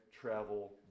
travel